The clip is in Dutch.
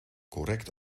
correct